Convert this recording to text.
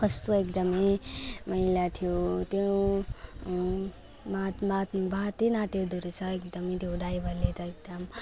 कस्तो एकदम मैला थियो त्यो बात बात न टेर्दो रहेछ एकदम त्यो ड्राइभरले त एकदम